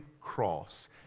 cross